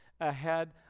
ahead